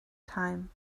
time